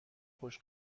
خوش